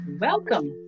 Welcome